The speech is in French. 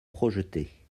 projetée